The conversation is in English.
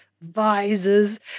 visors